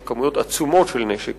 יש כמויות עצומות של נשק